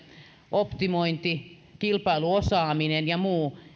optimointi kilpailuosaaminen ja muu